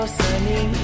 sunny